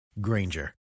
Granger